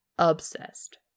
obsessed